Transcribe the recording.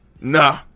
nah